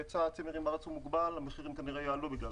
היצע הצימרים הוא מוגבל והמחירים כנראה יעלו בגלל